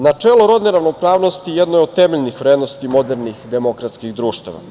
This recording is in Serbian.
Načelo rodne ravnopravnosti jedno je od temeljnih vrednosti modernih demokratskih društava.